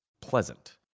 pleasant